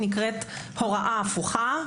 שנקראת הוראה הפוכה.